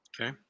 Okay